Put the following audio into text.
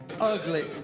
ugly